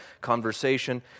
conversation